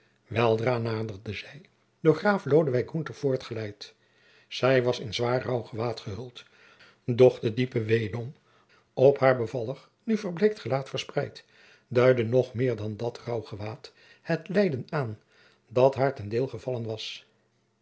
weldra naderde zij door graaf lodewyk gunther voortgeleid zij was in zwaar rouwgewaad gehuld doch de diepe weedom op haar bevallig nu verbleekt gelaat verspreid duidde nog meer dan dat rouwgewaad het lijden aan dat haar ten deel gevallen was